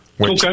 Okay